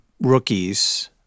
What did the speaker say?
rookies